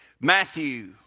Matthew